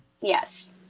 Yes